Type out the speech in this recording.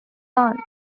aunt